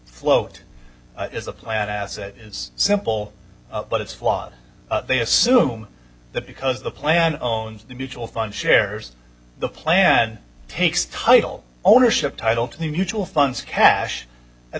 float is a plan asset is simple but it's flawed they assume that because the plan own the mutual fund shares the plan takes title ownership title to the mutual funds cash at